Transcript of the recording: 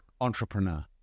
Entrepreneur